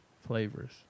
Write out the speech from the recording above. flavors